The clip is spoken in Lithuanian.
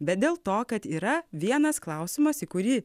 bet dėl to kad yra vienas klausimas į kurį